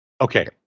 Okay